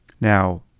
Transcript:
Now